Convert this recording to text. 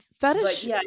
fetish